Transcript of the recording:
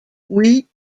oui